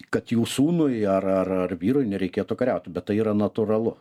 kad jų sūnui ar ar ar vyrui nereikėtų kariaut bet tai yra natūralu